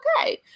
okay